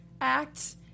act